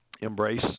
embrace